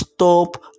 stop